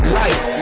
life